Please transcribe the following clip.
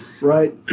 right